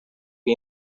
que